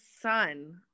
son